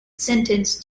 sentenced